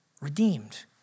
redeemed